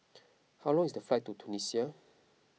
how long is the flight to Tunisia